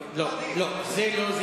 לא, זה לא.